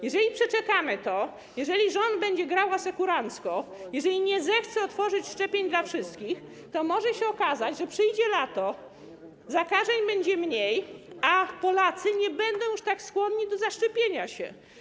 Jeżeli przeczekamy to, jeżeli rząd będzie grał asekurancko, jeżeli nie zechce otworzyć szczepień dla wszystkich, to może okazać się, że przyjdzie lato, zakażeń będzie mniej, a Polacy nie będą już tak skłonni do zaszczepienia się.